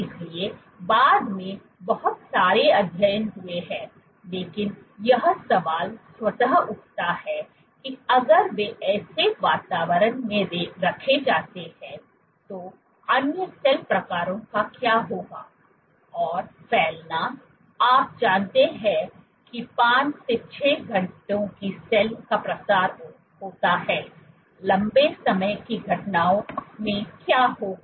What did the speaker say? इसलिए बाद में बहुत सारे अध्ययन हुए हैं लेकिन यह सवाल स्वतः उठता है कि अगर वे ऐसे वातावरण में रखे जाते हैं तो अन्य सेल प्रकारों का क्या होगा और फैलाना आप जानते हैं 5 6 घंटे की सेल का प्रसार होता है लंबे समय की घटनाओं मे क्या होगा